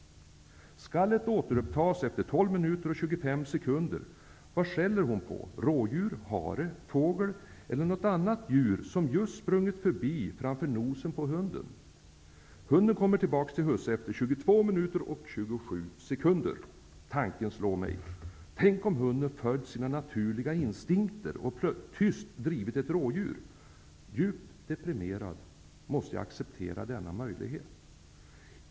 Skallet återupptas efter tolv minuter och tjugofem sekunder. Vad skäller hunden på? Är det ett rådjur, en hare, en fågel eller något annat djur som just sprungit förbi framför nosen på hunden? Hunden kommer tillbaka till husse efter tjugotvå minuter och tjugosju sekunder. Då slår mig en tanke. Tänk om hunden följt sina naturliga instinkter och tyst drivit ett rådjur. Djupt deprimerad måste jag acceptera denna möjlighet.